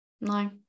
No